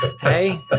Hey